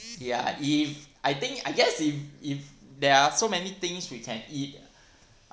ya if I think I guess if if there are so many things we can eat